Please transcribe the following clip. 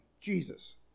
Jesus